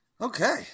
Okay